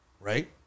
right